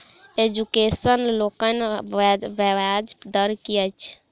Education लोनक ब्याज दर की अछि?